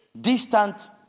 Distant